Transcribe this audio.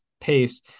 pace